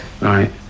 Right